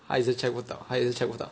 他也是 check 不到他也是 check 不到